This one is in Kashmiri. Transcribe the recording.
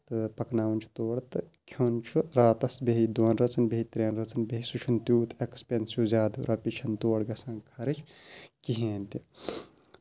تہٕ پَکناوُن چھُ تور تہٕ کھیٚون چھُ راتس بیٚہیہِ دۄن رٲژَن بیٚہیہِ سُہ چھُنہٕ تیوٗت ایٚکٕسپینسِو زیادٕ رۄییہِ چھَنہٕ تور گژھان خَرٕچ کِہینۍ تہِ